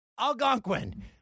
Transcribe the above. Algonquin